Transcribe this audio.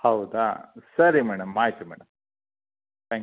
ಹೌದಾ ಸರಿ ಮೇಡಮ್ ಆಯ್ತು ಮೇಡಮ್ ಥ್ಯಾಂಕ್